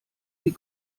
die